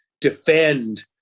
defend